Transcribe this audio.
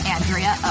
Andrea